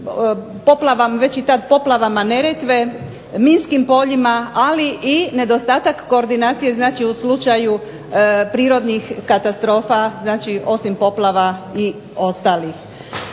voda, poplavama Neretve, minskim poljima ali i nedostatak koordinacije u slučaju prirodnih katastrofa osim poplava i ostalih.